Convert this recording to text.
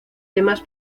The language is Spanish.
demás